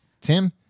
Tim